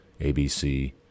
ABC